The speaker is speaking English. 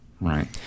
Right